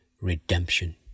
redemption